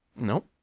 Nope